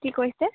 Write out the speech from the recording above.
কি কৈছে